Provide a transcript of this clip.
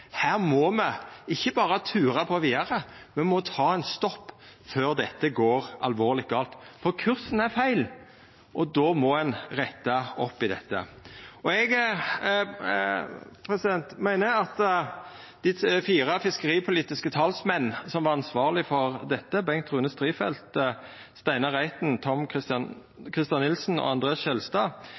her må me ikkje berre tura på vidare, me må ta ein stopp før dette går alvorleg gale. For kursen er feil, og då må ein retta opp i dette. Eg meiner at dei fire fiskeripolitiske talsmennene som var ansvarlege for dette, Bengt Rune Strifeldt, Steinar Reiten, Tom-Christer Nilsen og André N. Skjelstad,